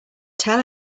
tell